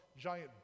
giant